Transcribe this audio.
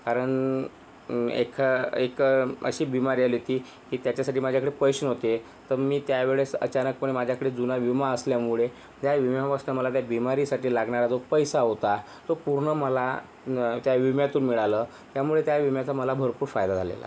कारण एक एक अशी बीमारी आली होती की त्याच्यासाठी माझ्याकडे पैसे नव्हते तर मी त्या वेळेस अचानकपणे माझ्याकडे जुना विमा असल्यामुळे त्या विम्यापासनं मला काही बीमारीसाठी लागणारा जो पैसा होता तो पूर्ण मला त्या विम्यातून मिळाला त्यामुळे त्या विम्याचा मला भरपूर फायदा झालेला आहे